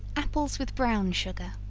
apples with brown sugar.